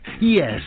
Yes